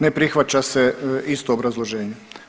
Ne prihvaća se, isto obrazloženje.